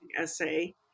essay